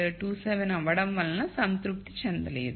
27 అవ్వడం వలన సంతృప్తి చెందలేదు